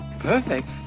perfect